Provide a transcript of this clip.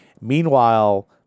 Meanwhile